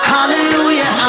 Hallelujah